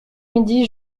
midi